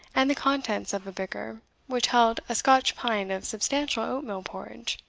and the contents of a bicker which held a scotch pint of substantial oatmeal porridge.